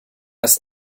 ist